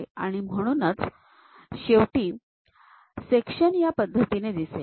आणि म्हणूनच शेवटी सेक्शन हा या पद्धतीने दिसेल